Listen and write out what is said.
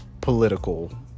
political